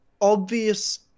obvious